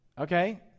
Okay